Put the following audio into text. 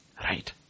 right